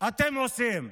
אתם עושים?